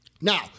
Now